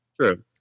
true